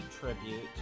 tribute